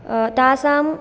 तासाम्